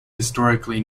historically